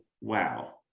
wow